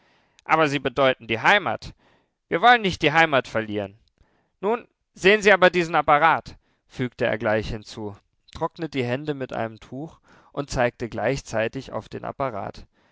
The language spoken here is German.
aber sie bedeuten die heimat wir wollen nicht die heimat verlieren nun sehen sie aber diesen apparat fügte er gleich hinzu trocknete die hände mit einem tuch und zeigte gleichzeitig auf den apparat